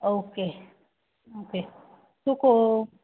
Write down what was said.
okay okay तुका